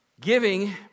Giving